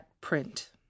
print